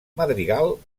madrigal